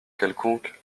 quelconque